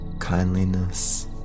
kindliness